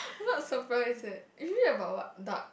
it's not a surprise eh it's really about what dark